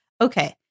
Okay